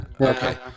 Okay